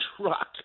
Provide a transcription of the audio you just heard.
truck